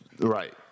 Right